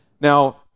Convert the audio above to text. Now